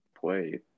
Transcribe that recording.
play